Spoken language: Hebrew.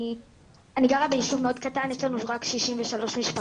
אני גרה בישוב מאוד קטן, יש לנו רק 63 משפחות.